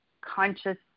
conscious